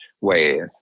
ways